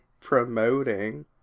promoting